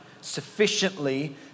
sufficiently